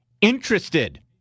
interested